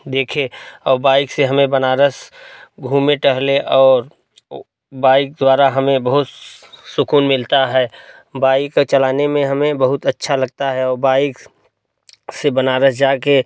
देखें और बाइक से हमें बनारस घूमे टहले और बाइक द्वारा हमें बहुत सुकून मिलता है बाइक चलाने में हमें बहुत अच्छा लगता है वो बाइक से बनारस जा कर